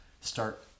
start